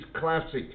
classic